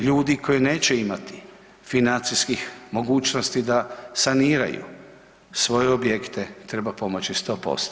Ljudi koji neće imati financijskih mogućnosti da saniraju svoje objekte treba pomoći sto posto.